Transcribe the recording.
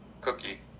Cookie